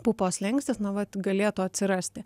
pupo slenkstis na vat galėtų atsirasti